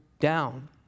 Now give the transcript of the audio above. down